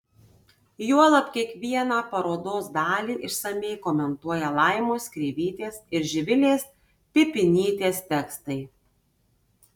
juolab kiekvieną parodos dalį išsamiai komentuoja laimos kreivytės ir živilės pipinytės tekstai